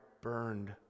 burned